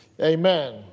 Amen